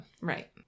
Right